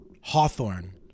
Hawthorne